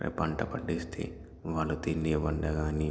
పంట పండిస్తే వాళ్ళు తినే వంట కానీ